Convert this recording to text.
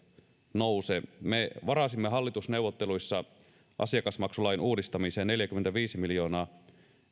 nouse me varasimme hallitusneuvotteluissa asiakasmaksulain uudistamiseen neljäkymmentäviisimiljoonaa